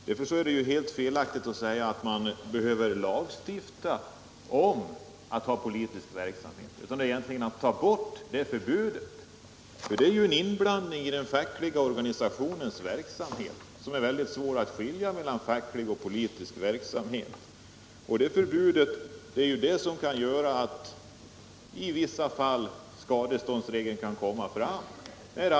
Då är det helt felaktigt att säga att vi behöver lagstifta om att ha politisk verksamhet i den fackliga organisationen. I stället är det ju då fråga om att ta bort ett förbud som redan finns. Då blir ju politiska frågor inblandade i den fackliga organisationens verksamhet. Det är svårt att skilja på facklig och politisk verksamhet, och det förbud som nu finns skall förhindra att skadeståndsregeln blir aktuell i vissa fall.